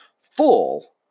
full